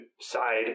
side